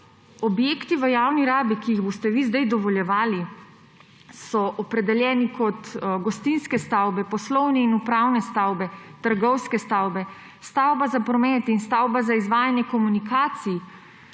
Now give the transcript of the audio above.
objekti v javni rabi, ki jih boste vi sedaj dovoljevali, so opredeljeni kot gostinske stavbe, poslovne in upravne stavbe, trgovske stavbe, stavba za promet in stavba za izvajanje komunikacij.